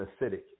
acidic